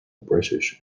british